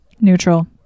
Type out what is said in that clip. Neutral